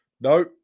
no